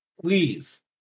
Please